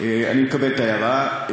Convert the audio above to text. אני מקבל את ההערה,